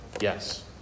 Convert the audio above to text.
Yes